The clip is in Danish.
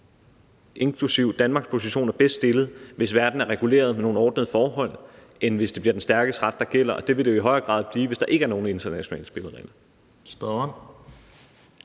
inklusive Danmarks position er bedst stillet, hvis verden er reguleret med nogle ordnede forhold, end hvis det bliver den stærkes ret, der gælder, og det vil det i højere grad blive, hvis der ikke er nogen internationale spilleregler.